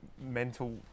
mental